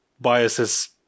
biases